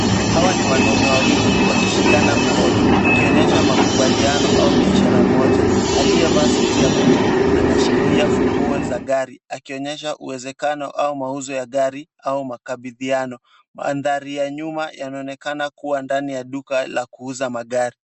Hawa ni wanaume wawili wakishikana mkono. Ikionyesha makubaliano au biashara moja. Aliyevaa suti ya blue anashikilia funguo za gari akionyesha uwezekano au mauzo ya gari au makabidhaano. Mandhari ya nyuma yanaonekana kuwa ndani ya duka la kuuza magari.